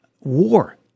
war